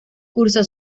cursó